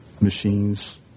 machines